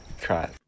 Try